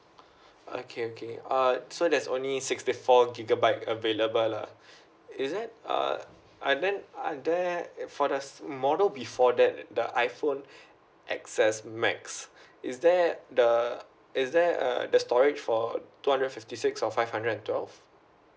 okay okay uh so there's only sixty four gigabyte available lah is that uh are then are there at for the model before that the iPhone X S max is there the is there uh the storage for two hundred fifty six or five hundred and twelve